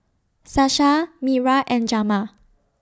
Sasha Myra and Jamar